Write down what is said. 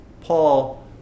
paul